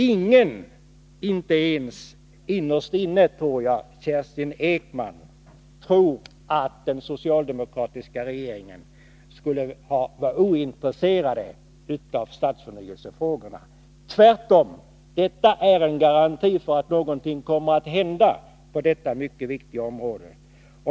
Ingen, inte ens innerst inne Kerstin Ekman, gissar jag, tror att den socialdemokratiska regeringen är ointresserad av stadsförnyelsefrågorna. Tvärtom är det arbete som bedrivs en garanti för att något kommer att hända på detta mycket viktiga område.